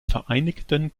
vereinigten